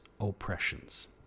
oppressions